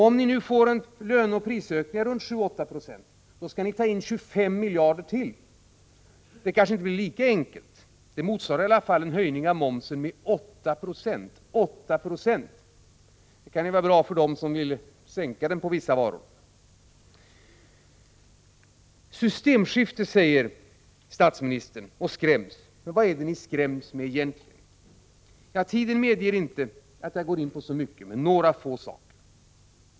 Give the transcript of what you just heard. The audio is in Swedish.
Om ni nu får löneoch prisökningar på 7-8 90 skall ni ta in 25 miljarder till. Det kanske inte blir lika enkelt. Det motsvarar i varje fall en höjning av momsen med 8 960. Det kan vara bra för dem som vill sänka den på vissa varor. Systemskifte, säger statsministern och skräms. Vad är det egentligen ni skräms med? Tiden medger inte att jag går in på så mycket, men några få saker skall jag nämna.